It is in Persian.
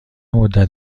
مدت